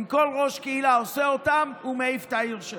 אם כל ראש קהילה עושה אותן, הוא מעיף את העיר שלו.